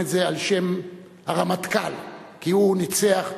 את זה על שם הרמטכ"ל כי הוא ניצח.